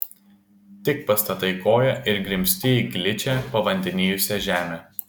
tik pastatai koją ir grimzti į gličią pavandenijusią žemę